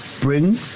bring